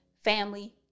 family